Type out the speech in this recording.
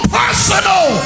personal